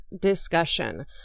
discussion